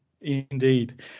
Indeed